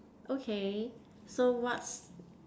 okay so what's